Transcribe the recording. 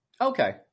Okay